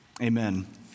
Amen